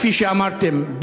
כפי שאמרתם,